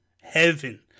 heaven